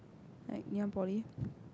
like Ngee-Ann-Poly